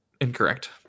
Incorrect